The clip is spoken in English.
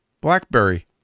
Blackberry